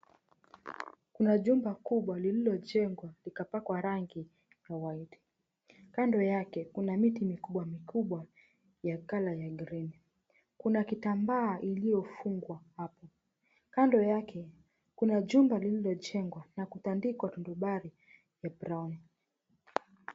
Kuna jumba kubwa lililojengwa likapakwa rangi kawaida, kando yake kuna miti mikubwa mikubwa ya 𝑐𝑜𝑙𝑜𝑢𝑟 [𝑐𝑠] ya [𝑐𝑠]𝑔𝑟𝑒𝑦 kuna kitambaa iliyofungwa hapo, kando yake kuna 𝑗umba 𝑙𝑖𝑙𝑖𝑙𝑜jengwa na kutandik𝑤a tandabare ya brown .